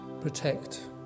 protect